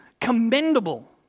Commendable